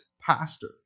pastor